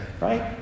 right